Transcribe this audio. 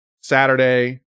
Saturday